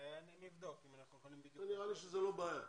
אני אבדוק אם אנחנו יכולים --- נראה לי שזה לא בעיה,